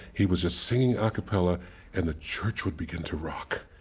he was just singing a cappella and the church would begin to rock.